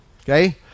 okay